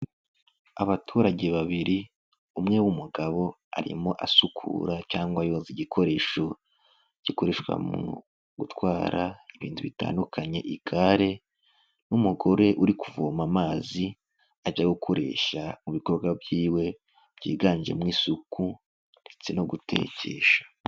Abaturage babiri umwe w'umugabo arimo asukura cyangwa yoza igikoresho gikoreshwa mu gutwara ibintu bitandukanye igare n'umugore uri kuvoma amazi ajya gukoresha mu bikorwa by'iwe, byiganjemo isuku ndetse no gutekesha.